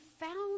found